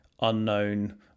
unknown